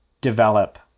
develop